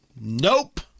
Nope